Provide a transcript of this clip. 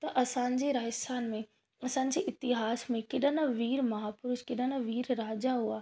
त असांजे राजस्थान में असांजे इतिहास में कहिड़ा न वीर महापुरुष कहिड़ा न वीर राजा हुआ